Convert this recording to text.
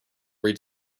read